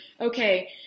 okay